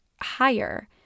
higher